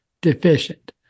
deficient